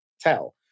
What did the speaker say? Tell